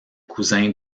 cousin